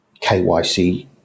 KYC